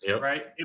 Right